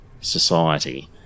society